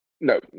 No